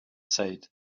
said